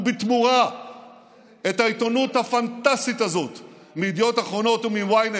ובתמורה את העיתונות הפנטסטית הזאת מ"ידיעות אחרונות" ומ-ynet,